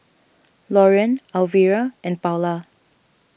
Lorean Alvira and Paola